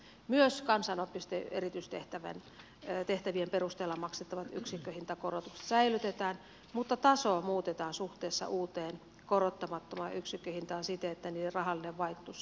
myös kansanopistojen erityistehtävien perusteella maksettavat yksikköhintakorotukset säilytetään mutta tasoa muutetaan suhteessa uuteen korottamattomaan yksikköhintaan siten että niiden rahallinen vaikutus säilyy samana